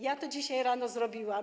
Ja to dzisiaj rano zrobiłam.